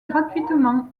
gratuitement